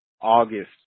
august